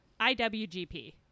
IWGP